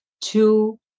two